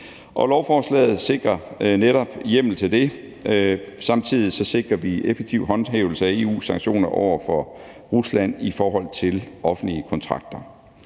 Lovforslaget sikrer netop hjemmel til det. Samtidig sikrer vi en effektiv håndhævelse af EU's sanktioner over for Rusland i forhold til offentlige kontrakter.